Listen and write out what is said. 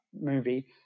movie